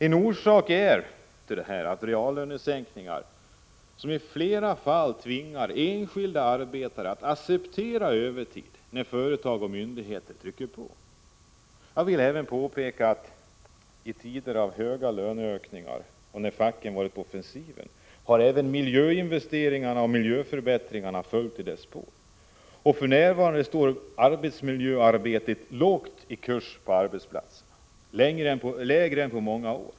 En orsak är reallönesänkningar som i flera fall tvingar enskilda arbetare att acceptera övertid när företag och myndigheter trycker på. Jag vill peka på att i tider av höga löneökningar, när facken har varit på offensiven, har även miljöinvesteringar och miljöförbättringar följt i spåren. För närvarande står arbetsmiljöarbetet lågt i kurs på arbetsplatserna, lägre än på många år.